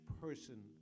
person